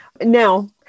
Now